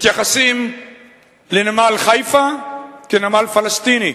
מתייחסים לנמל חיפה כנמל פלסטיני,